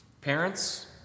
Parents